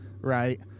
right